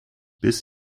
bis